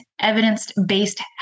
evidence-based